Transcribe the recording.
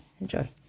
Enjoy